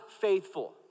faithful